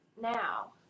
now